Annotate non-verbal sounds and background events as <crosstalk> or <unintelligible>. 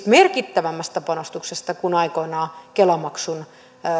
<unintelligible> merkittävämmästä panostuksesta kuin aikoinaan kela maksun